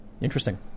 Interesting